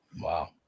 Wow